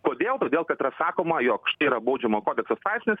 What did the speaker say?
kodėl todėl kad yra sakoma jog štai yra baudžiamo kodekso straipsnis